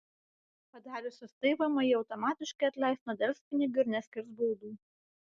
padariusius tai vmi automatiškai atleis nuo delspinigių ir neskirs baudų